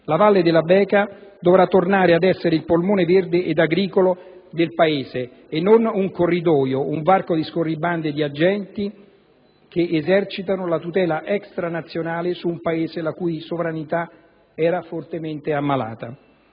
La valle della Bekaa dovrà tornare ad essere il polmone verde ed agricolo del Paese e non un corridoio, un varco per scorribande di agenti che esercitano una tutela extranazionale su un Paese la cui sovranità era fortemente ammalata.